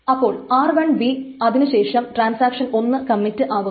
അപ്പോൾ r1 അതിനു ശേഷം ട്രാൻസാക്ഷൻ 1 കമ്മിറ്റ് ആകുന്നു